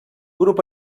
grup